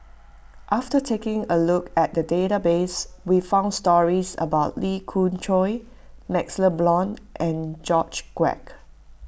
after taking a look at the database we found stories about Lee Khoon Choy MaxLe Blond and George Quek